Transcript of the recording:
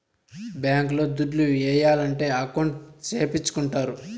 bank లో దుడ్లు ఏయాలంటే అకౌంట్ సేపిచ్చుకుంటారు